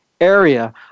area